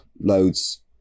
loads